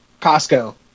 Costco